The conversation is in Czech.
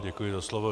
Děkuji za slovo.